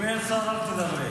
אם אין שר, אל תדברי.